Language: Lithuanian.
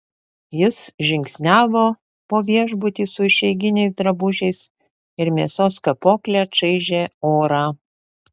jis žingsniavo po viešbutį su išeiginiais drabužiais ir mėsos kapokle čaižė orą